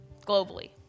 Globally